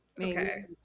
Okay